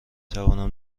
توانم